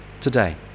today